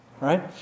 Right